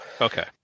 Okay